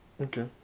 Okay